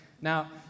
Now